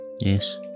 Yes